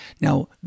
Now